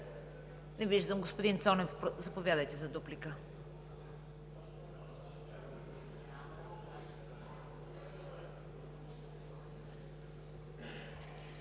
Не виждам. Господин Цонев, заповядайте за дуплика.